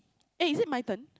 eh is it my turn